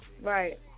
Right